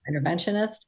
interventionist